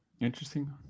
Interesting